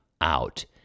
out